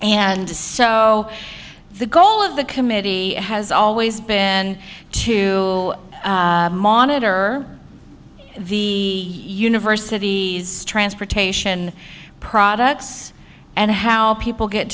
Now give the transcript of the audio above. and so the goal of the committee has always been to monitor the universities transportation products and how people get